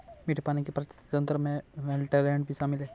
मीठे पानी के पारिस्थितिक तंत्र में वेट्लैन्ड भी शामिल है